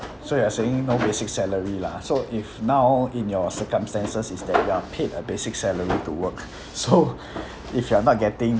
so you are saying no basic salary lah so if now in your circumstances is that you are paid a basic salary to work so if you are not getting